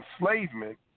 enslavement